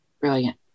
Brilliant